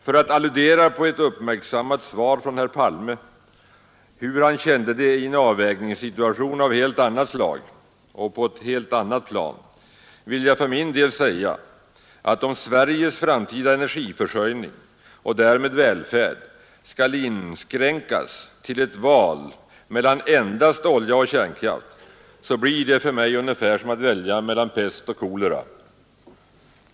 För att alludera på ett uppmärksammat svar från herr Palme på frågan hur han kände det i en avvägningssituation av ett helt annat slag och på ett annat plan blir det för mig — om Sveriges framtida energiförsörjning och därmed välfärd skall inskränkas till ett val mellan endast olja och kärnkraft — ungefär som att välja mellan pest och kolera.